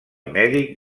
mèdic